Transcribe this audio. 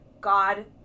God